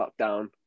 lockdown